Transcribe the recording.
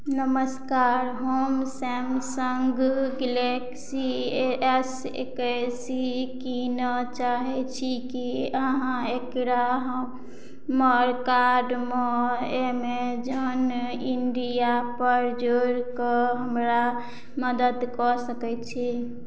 नमस्कार हम Samsung Galaxy S एक्कैस कीनय चाहैत छी की अहाँ एकरा हमर कार्टमे एमेजॉन इंडियापर जोड़ि कऽ हमर मदत कऽ सकैत छी